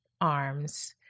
arms